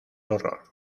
horror